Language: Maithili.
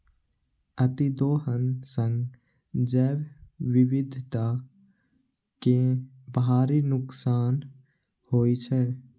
अतिदोहन सं जैव विविधता कें भारी नुकसान होइ छै